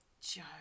Joe